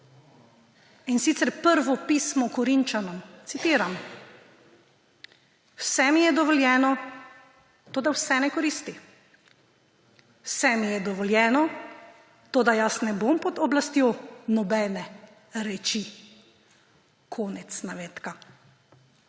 in sicer prvo pismo Korinčanom. Citiram: »»Vse mi je dovoljeno,« toda vse ne koristi! »Vse mi je dovoljeno,« toda jaz ne bom pod oblastjo nobene reči!«« Konec navedka.